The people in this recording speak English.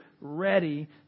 ready